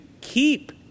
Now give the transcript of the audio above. keep